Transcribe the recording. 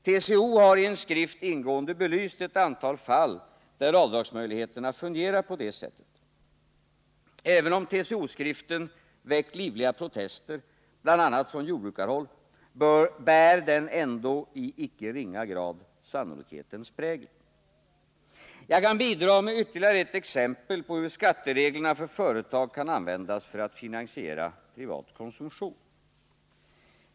TCO har i en skrift ingående belyst ett antal fall där avdragsmöjligheterna fungerar på det sättet. Även om TCO-skriften väckt livliga protester, bl.a. från jordbrukarhåll, bär den ändå i icke ringa grad sannolikhetens prägel. Jag kan bidra med ytterligare ett exempel på hur skattereglerna för företag kan användas för att finansiera privat konsumtion.